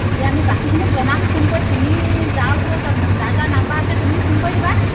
তেতিয়া আমি বাকীখিনিক জনাম ফোন কৰি তুমি যাৰ ওচৰত যাৰ যাৰ নাম্বাৰ আছে তুমি ফোন কৰি দিবা